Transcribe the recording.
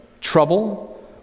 trouble